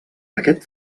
aquest